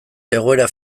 egoera